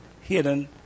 hidden